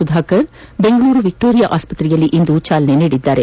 ಸುಧಾಕರ್ ಬೆಂಗಳೂರಿನ ವಿಕ್ಸೋರಿಯಾ ಆಸ್ಸತ್ರೆಯಲ್ಲಿ ಇಂದು ಚಾಲನೆ ನೀಡಿದ್ದಾರೆ